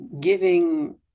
giving